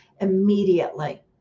immediately